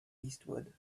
eastward